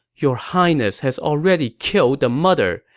your highness has already killed the mother,